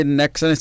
next